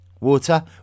Water